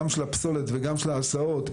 גם של הפסולת וגם של ההסעות,